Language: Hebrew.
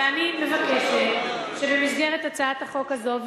ואני מבקשת במסגרת הצעת החוק הזו,